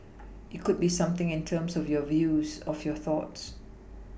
it could be something in terms of your views of your thoughts